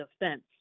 defense